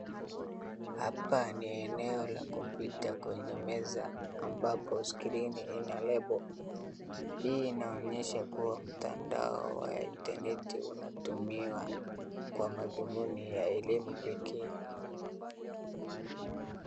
Hapa ni eneo la kompyuta kwenye meza ambapo skrini ina lebo. Hii inaonyesha kuwa matandao wa intaneti unatumiwa kwa madhumuni ya elimu pekee.